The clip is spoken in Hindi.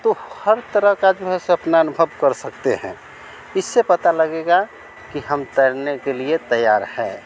तो हर तरह का जो है अपना अनुभव कर सकते हैं इससे पता लगेगा कि हम तैरने के लिए तैयार हैं